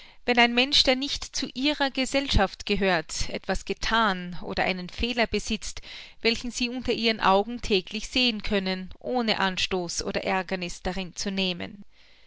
wenn ein mensch der nicht zu ihrer gesellschaft gehört etwas gethan oder einen fehler besitzt welchen sie unter ihren augen täglich sehen können ohne anstoß oder aergerniß daran zu nehmen